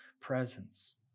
presence